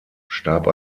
starb